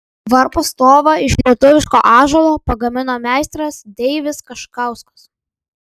varpo stovą iš lietuviško ąžuolo pagamino meistras deivis kaškauskas